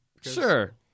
sure